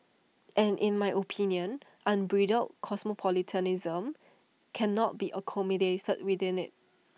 and in my opinion unbridled cosmopolitanism cannot be accommodated within IT